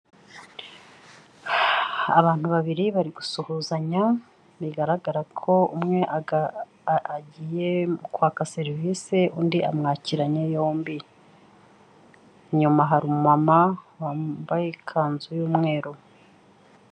Abantu babiri bari gusuhuzanya bigaragara ko umwe agiye mu kwaka serivisi undi amwakiranye, yombi. Inyuma hari umumama wambaye ikanzu y'umweru.